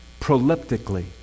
proleptically